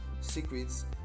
secrets